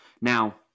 Now